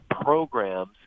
programs